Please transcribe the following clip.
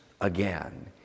again